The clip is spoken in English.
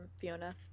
Fiona